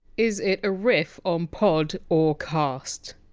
is it a riff on! pod! or! cast?